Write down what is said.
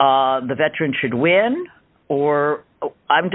the veteran should win or i'm